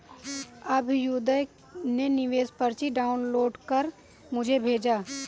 अभ्युदय ने निवेश पर्ची डाउनलोड कर मुझें भेजा